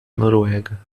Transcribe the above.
noruega